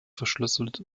verschlüsselt